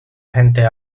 agentes